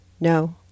No